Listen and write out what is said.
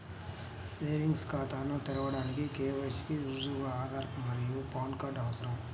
savings ఖాతాను తెరవడానికి KYC కి రుజువుగా ఆధార్ మరియు పాన్ కార్డ్ అవసరం